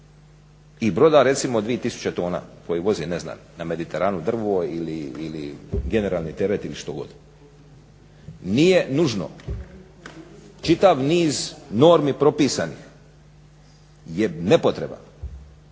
i broda recimo od 2000 t koji vozi ne znam na mediteranu drvo ili generalni teret ili što god. Nije nužno. Čitav niz normi propisanih je nepotreban